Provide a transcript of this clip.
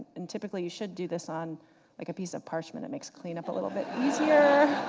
and typically you should do this on like a piece of parchment, it makes cleanup a little bit easier.